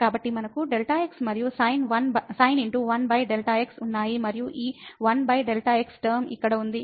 కాబట్టి మనకు Δx మరియు sin1Δ x ఉన్నాయి మరియు ఈ 1Δ x టర్మ ఇక్కడ ఉంది